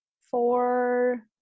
four